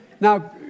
Now